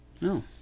No